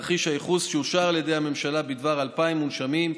בתרחיש הייחוס שאושר על ידי הממשלה בדבר 2,000 מונשמים,